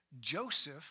Joseph